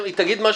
יש גם תושבים,